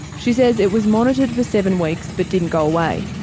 she says it was monitored for seven weeks but didn't go away.